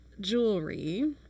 jewelry